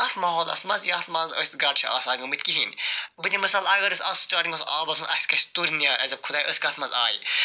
اتھ ماحولَس مَنٛز یتھ مَنٛز أسۍ گۄڈٕ چھِ آسان گٔمٕتۍ کِہیٖنۍ بہٕ دِمہٕ مِثال اگر أسۍ سٹاٹِنٛگ مَنٛز آبَس منٛز اَسہِ گَژھِ ترنیار أسۍ دپہِ خۄدایا أسۍ کتھ مَنٛز آیہِ